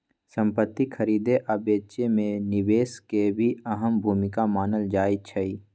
संपति खरीदे आ बेचे मे निवेश के भी अहम भूमिका मानल जाई छई